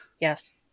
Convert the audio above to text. Yes